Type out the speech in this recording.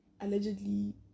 allegedly